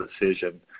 decision